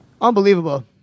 Unbelievable